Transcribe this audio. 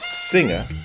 singer